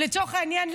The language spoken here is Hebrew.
לצורך העניין,